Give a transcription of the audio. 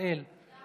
ארבל, בעד,